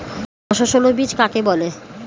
অসস্যল বীজ কাকে বলে?